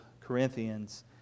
Corinthians